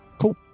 Cool